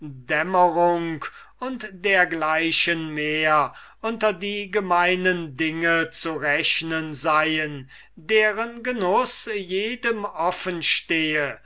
dämmerung und dergleichen mehr unter die gemeinen dinge zu rechnen seien deren genuß jedem offen stehe